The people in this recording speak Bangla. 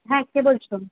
হ্যাঁ কে বলছো